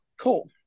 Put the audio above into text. Cool